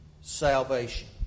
salvation